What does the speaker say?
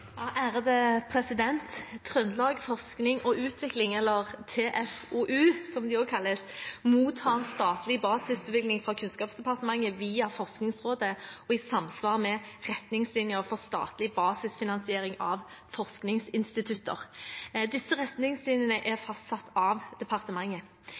Trøndelag Forskning og Utvikling, eller TFoU, som de også kalles, mottar statlig basisbevilgning fra Kunnskapsdepartementet, via Forskningsrådet, i samsvar med «Retningslinjer for statlig basisfinansiering av forskningsinstitutter». Disse retningslinjene er